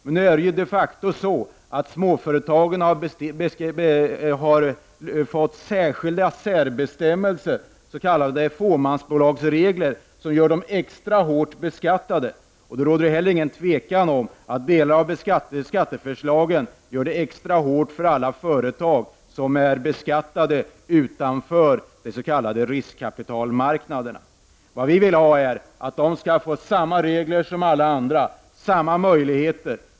Men nu har ju småföretagen de facto fått särskilda särbestämmelser, s.k. fåmansbolagsregler, som gör dessa företag extra hårt beskattade. Det råder heller inget tvivel om att delar av skatteförslagen gör det extra hårt för alla företag som är beskattade utanför de s.k. riskkapitalmarknaderna. Vad vi vill är att dessa företag skall få samma regler och samma möjligheter som alla andra.